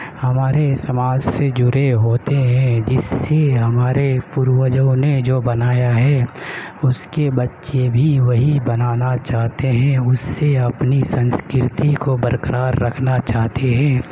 ہمارے سماج سے جڑے ہوتے ہے جس سے ہمارے پروجوں نے جو بنایا ہے اس کے بچے بھی وہی بنانا چاہتے ہیں اس سے اپنی سنسکرتی کو برقرار رکھنا چاہتے ہے